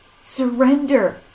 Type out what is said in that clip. surrender